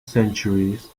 centuries